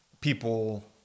people